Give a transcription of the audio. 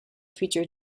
feature